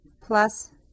plus